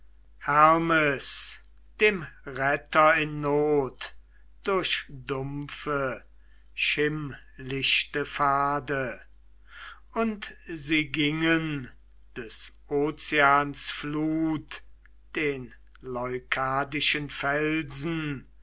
hermes dem retter in not durch dumpfe schimmlichte pfade und sie gingen des ozeans flut den leukadischen felsen